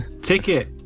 Ticket